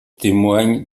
témoigne